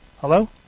Hello